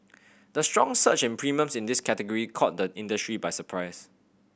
the strong surge in premiums in this category caught the industry by surprise